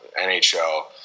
NHL